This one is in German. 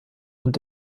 und